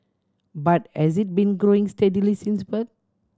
but has it been growing steadily since birth